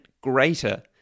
greater